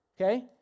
Okay